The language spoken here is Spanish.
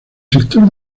sector